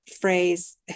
phrase